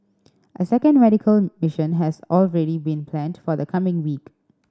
a second medical mission has already been planned for the coming week